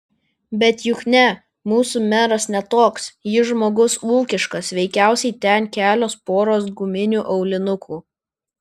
bet juk ne mūsų meras ne toks jis žmogus ūkiškas veikiausiai ten kelios poros guminių aulinukų